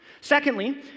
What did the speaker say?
Secondly